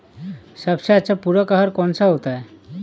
सबसे अच्छा पूरक आहार कौन सा होता है?